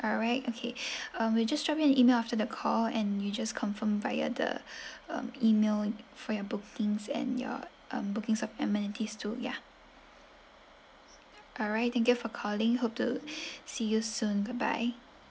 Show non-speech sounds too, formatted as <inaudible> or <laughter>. alright okay <breath> um we'll just drop you an email after the call and you just confirm via the um email for your bookings and your um bookings of amenities too ya alright thank you for calling hope to <breath> see you soon goodbye